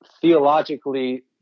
theologically